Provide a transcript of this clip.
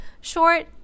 Short